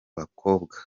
bakobwa